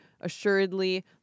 assuredly